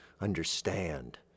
understand